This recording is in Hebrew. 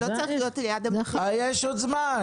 הוא לא צריך להיות --- אבל יש עוד זמן.